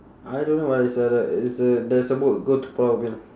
I don't know but it's a t~ it's a there's a boat go to pulau ubin ah